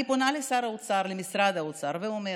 אני פונה לשר האוצר, למשרד האוצר, ואומרת: